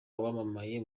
wamamaye